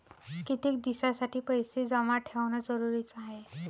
कितीक दिसासाठी पैसे जमा ठेवणं जरुरीच हाय?